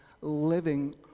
living